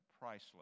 priceless